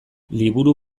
liburu